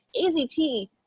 AZT